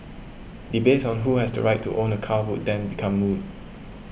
debates on who has the right to own a car would then become moot